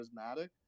charismatic